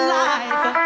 life